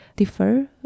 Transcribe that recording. differ